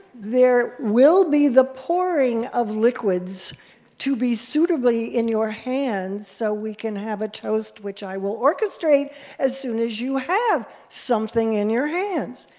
there will be the pouring of liquids to be suitably in your hands so we can have a toast, which i will orchestrate as soon as you have something in your hands.